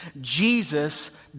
Jesus